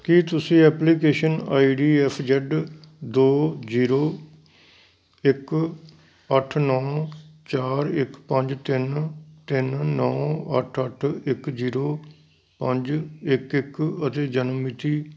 ਕੀ ਤੁਸੀਂ application I D S Z ਦੋ zero ਇਕ ਅੱਠ ਨੌਂ ਚਾਰ ਇੱਕ ਪੰਜ ਤਿੰਨ ਤਿੰਨ ਨੌਂ ਅੱਠ ਅੱਠ ਇੱਕ ਜ਼ੀਰੋ ਪੰਜ ਇੱਕ ਇੱਕ ਅਤੇ ਜਨਮ ਮਿਤੀ